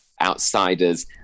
outsiders